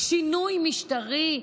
שינוי משטרי?